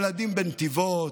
ילדים בנתיבות,